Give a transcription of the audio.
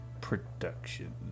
production